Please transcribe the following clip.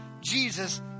Jesus